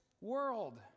world